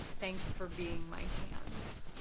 thanks for being my hands.